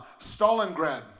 Stalingrad